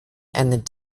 and